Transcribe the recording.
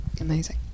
amazing